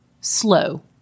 slow